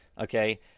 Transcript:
okay